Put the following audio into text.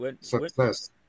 success